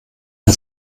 man